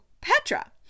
Petra